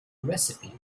recipe